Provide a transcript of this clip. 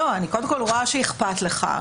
קודם כול אני רואה שאכפת לך,